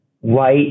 white